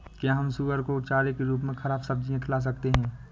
क्या हम सुअर को चारे के रूप में ख़राब सब्जियां खिला सकते हैं?